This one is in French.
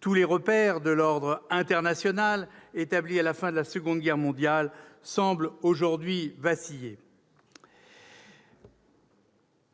Tous les repères de l'ordre international établi à la fin de la Seconde Guerre mondiale semblent aujourd'hui vaciller.